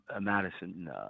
Madison